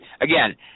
Again